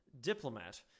diplomat